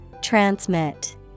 Transmit